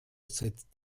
setzt